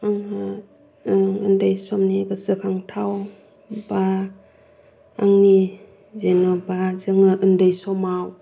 आङो उन्दै समनि गोसोखांथाव बा आंनि जेनेबा जोङो उन्दै समाव